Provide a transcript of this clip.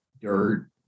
dirt